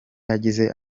yagize